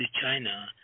China